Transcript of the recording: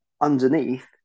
underneath